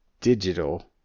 digital